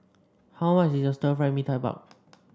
how much is Stir Fry Mee Tai Mak